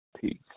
Peace